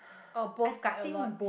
or both guide a lot